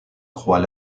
croix